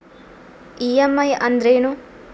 EMI ಅಂದ್ರೇನು?